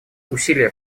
усилия